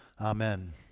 Amen